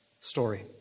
story